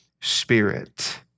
spirit